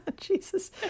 Jesus